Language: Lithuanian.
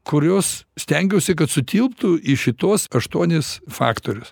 kurios stengiausi kad sutilptų į šituos aštuonis faktorius